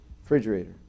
refrigerator